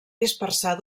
dispersar